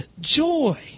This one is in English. joy